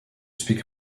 speak